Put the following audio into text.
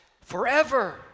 forever